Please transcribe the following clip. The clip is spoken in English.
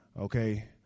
Okay